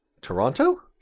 toronto